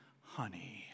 honey